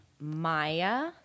Maya